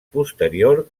posterior